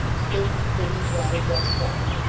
things didn't go just right.